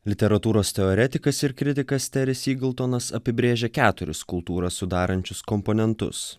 literatūros teoretikas ir kritikas teris igltonas apibrėžia keturis kultūrą sudarančius komponentus